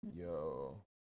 Yo